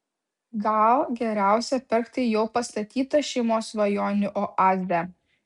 gal geriausia pirkti jau pastatytą šeimos svajonių oazę